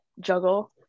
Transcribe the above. juggle